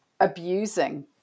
abusing